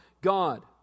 God